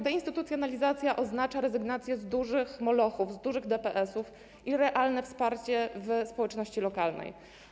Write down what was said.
Deinstytucjonalizacja oznacza rezygnację z dużych molochów, dużych DPS-ów i realne wsparcie w ramach społeczności lokalnej.